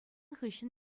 хыҫҫӑн